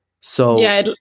So-